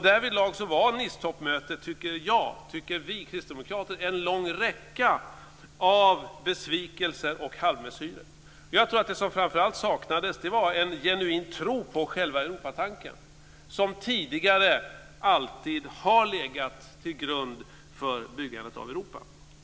Därvidlag var Nicetoppmötet, enligt mig och oss kristdemokrater, en lång räcka av besvikelser och halvmesyrer. Jag tror att det som framför allt saknades var en genuin tro på själva Europatanken, som tidigare alltid har legat till grund för byggandet av Europa.